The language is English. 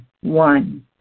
one